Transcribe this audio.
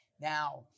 Now